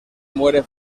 muere